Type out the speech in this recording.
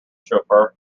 chauffeur